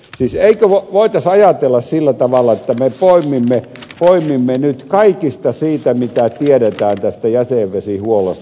siis eikö voitaisi ajatella sillä tavalla että me poimimme nyt kaiken sen mitä tiedetään jätevesihuollosta